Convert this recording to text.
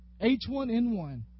H1N1